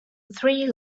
three